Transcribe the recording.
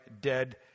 dead